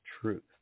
truth